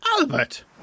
Albert